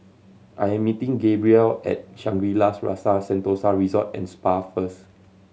I am meeting Gabrielle at Shangri La's Rasa Sentosa Resort and Spa first